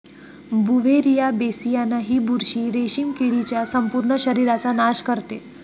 Beauveria bassiana ही बुरशी रेशीम किडीच्या संपूर्ण शरीराचा नाश करते